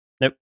Nope